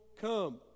come